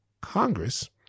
congress